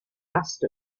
asked